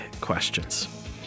questions